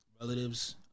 relatives